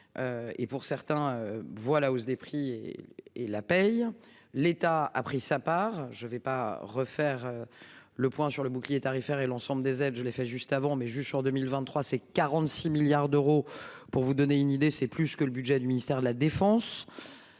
Et pour certains voient la hausse des prix et la paye. L'État a pris sa part. Je ne vais pas refaire. Le point sur le bouclier tarifaire et l'ensemble des aides, je l'ai fait juste avant mais juge sur 2023. Ces 46 milliards d'euros. Pour vous donner une idée, c'est plus que le budget du ministère de la Défense.